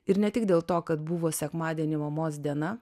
ir ne tik dėl to kad buvo sekmadienį mamos diena